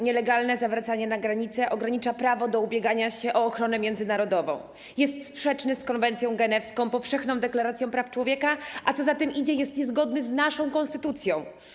Nielegalne zawracanie ludzi na granicy ogranicza ich prawo do ubiegania się o ochronę międzynarodową, jest sprzeczne z konwencją genewską i z Powszechną Deklaracją Praw Człowieka, a co za tym idzie, jest niezgodne z naszą konstytucją.